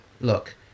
look